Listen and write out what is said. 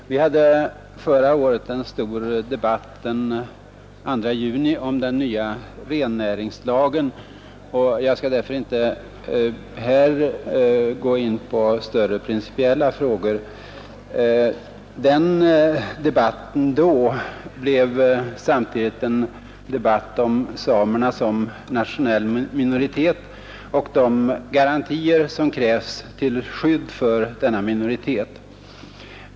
Herr talman! Den 2 juni förra året hade vi här i kammaren en stor debatt om den nya rennäringslagen, och jag skall därför inte nu gå in på några större principiella frågor. Debatten den gången blev samtidigt en debatt om samerna som nationell minoritet och de garantier som krävs till skydd för denna minoritet.